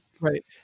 Right